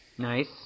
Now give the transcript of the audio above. Nice